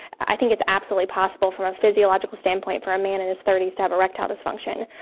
i think it's absolutely possible from a physiological standpoint for a man in his thirty s to have erectile dysfunction,